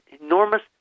enormous